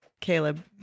Caleb